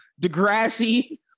Degrassi